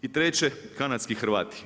I treće, kanadski Hrvati.